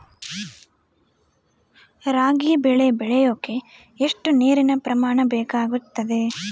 ರಾಗಿ ಬೆಳೆ ಬೆಳೆಯೋಕೆ ಎಷ್ಟು ನೇರಿನ ಪ್ರಮಾಣ ಬೇಕಾಗುತ್ತದೆ?